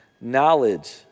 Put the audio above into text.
Knowledge